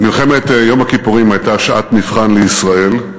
מלחמת יום הכיפורים הייתה שעת מבחן לישראל,